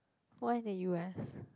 why did you ask